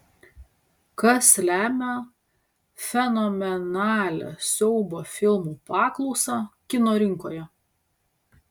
kas lemia fenomenalią siaubo filmų paklausą kino rinkoje